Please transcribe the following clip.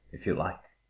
if you like,